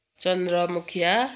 चन्द्र मुखिया